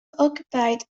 occupied